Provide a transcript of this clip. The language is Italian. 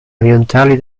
orientali